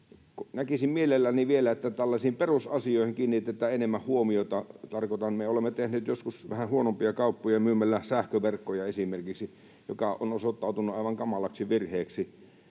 Näkisin mielelläni vielä, että tällaisiin perusasioihin kiinnitetään enemmän huomiota. Tarkoitan, että me olemme tehneet joskus vähän huonompia kauppoja myymällä esimerkiksi sähköverkkoja, mikä on osoittautunut aivan kamalaksi virheeksi.